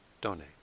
donate